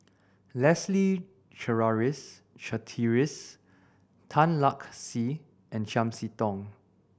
Leslie Charteris Tan Lark Sye and Chiam See Tong